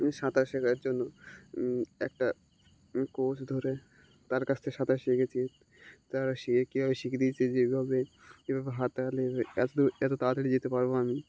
সাঁতার শেখার জন্য একটা কোচ ধরে তার কাছ থেকে সাঁতার শিখেছি তারা শি কীভাবে শিখিয়ে দিয়েছে যেভাবে কীভাবে হাত চালাবে এত এত তাড়াতাড়ি যেতে পারবো আমি